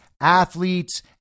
athletes